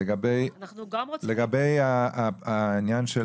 אנחנו גם רוצים --- לגבי העניין של